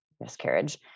miscarriage